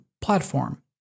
Platform